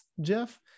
Jeff